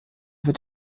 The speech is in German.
wird